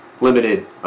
limited